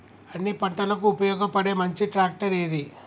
అన్ని పంటలకు ఉపయోగపడే మంచి ట్రాక్టర్ ఏది?